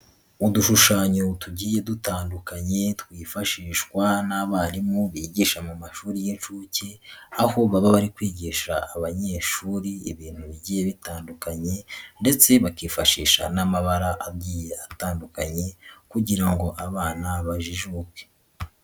Udushushanyo tugiye dutandukanye twifashishwa n'abarimu bigisha mu mashuri y'inshuke aho baba bari kwigisha abanyeshuri ibintu bigiye bitandukanye ndetse bakifashisha n'amabara agiye atandukanye kugira ngo abana bajijuke.